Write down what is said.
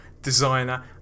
designer